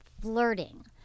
flirting